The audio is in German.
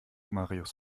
marius